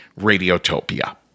Radiotopia